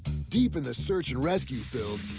deep in the search and rescue build,